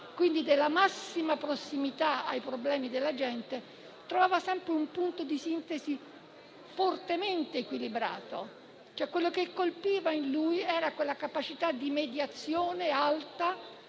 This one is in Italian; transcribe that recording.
quindi della massima prossimità ai problemi della gente - trova sempre una sintesi fortemente equilibrata. Quello che colpiva in lui era una capacità di mediazione alta,